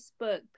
Facebook